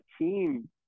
team